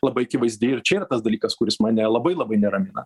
labai akivaizdi ir čia yra tas dalykas kuris mane labai labai neramina